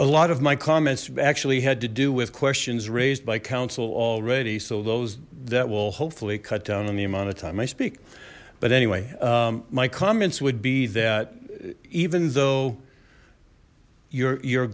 a lot of my comments actually had to do with questions raised by council already so those that will hopefully cut down on the amount of time i speak but anyway my comments would be that even though you're you're